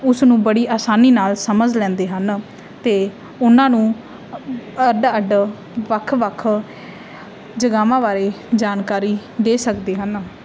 ਉਸ ਨੂੰ ਬੜੀ ਅਸਾਨੀ ਨਾਲ ਸਮਝ ਲੈਂਦੇ ਹਨ ਅਤੇ ਉਨ੍ਹਾਂ ਨੂੰ ਅੱਡ ਅੱਡ ਵੱਖ ਵੱਖ ਜਗ੍ਹਾ ਬਾਰੇ ਜਾਣਕਾਰੀ ਦੇ ਸਕਦੇ ਹਨ